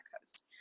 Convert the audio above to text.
coast